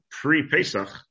pre-Pesach